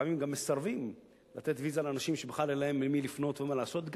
ולפעמים גם מסרבים לתת ויזה לאנשים שבכלל אין להם למי לפנות ומה לעשות.